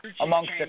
amongst